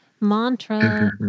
mantra